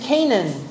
Canaan